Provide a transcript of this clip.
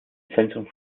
zentrum